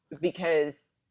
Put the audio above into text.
because-